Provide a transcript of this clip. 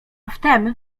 wtem